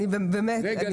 אני באמת --- רגע,